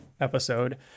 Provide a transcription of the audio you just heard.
episode